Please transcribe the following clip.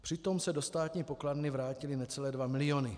Přitom se do státní pokladny vrátily necelé 2 miliony.